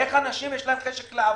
איך לאנשים יש חשק לעבוד,